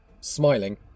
smiling